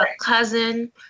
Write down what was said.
cousin